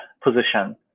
position